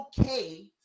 okay